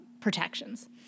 protections